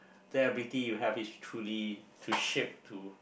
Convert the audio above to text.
their ability you have is truly to ship to